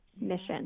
mission